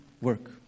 work